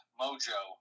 mojo